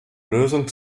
lösung